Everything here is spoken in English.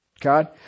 God